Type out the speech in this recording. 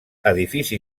edifici